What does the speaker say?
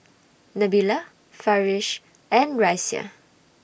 Nabila Farish and Raisya